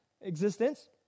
existence